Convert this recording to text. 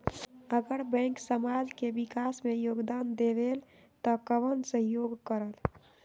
अगर बैंक समाज के विकास मे योगदान देबले त कबन सहयोग करल?